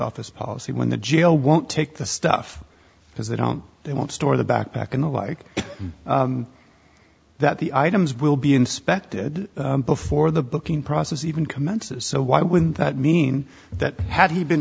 office policy when the jail won't take the stuff because they don't they won't store the backpack and the like that the items will be inspected before the booking process even commences so why wouldn't that mean that had he been